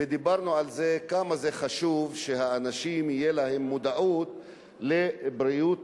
ודיברנו עד כמה חשוב שלאנשים תהיה מודעות לבריאות,